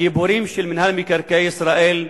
הגיבורים של מינהל מקרקעי ישראל,